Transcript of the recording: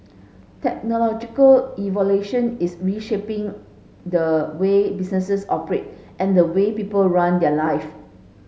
technological evolution is reshaping the way businesses operate and the way people run their life